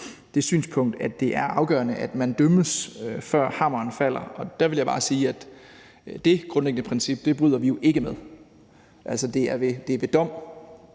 det synspunkt, at det er afgørende, at man dømmes, før hammeren falder. Og der vil jeg bare sige, at det grundlæggende princip bryder vi jo ikke med. Altså, det er ved dom;